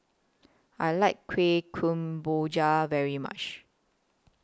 I like Kueh Kemboja very much